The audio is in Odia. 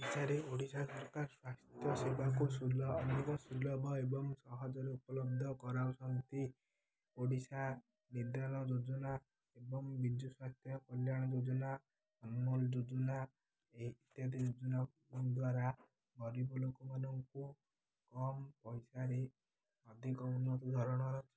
ଓଡ଼ିଶାରେ ଓଡ଼ିଶା ସରକାର ସ୍ୱାସ୍ଥ୍ୟ ସେବାକୁ ଅଧିକ ସୁଲଭ ଏବଂ ସହଜରେ ଉପଲବ୍ଧ କରାଉଛନ୍ତି ଓଡ଼ିଶା ମଧ୍ୟାହ୍ନ ଯୋଜନା ଏବଂ ବିଜୁ ସ୍ୱାସ୍ଥ୍ୟ କଲ୍ୟାଣ ଯୋଜନା ଯୋଜନା ଇତ୍ୟାଦି ଯୋଜନା ଦ୍ୱାରା ଗରିବ ଲୋକମାନଙ୍କୁ କମ୍ ପଇସାରେ ଅଧିକ ଉନ୍ନତ ଧରଣ ଅଛି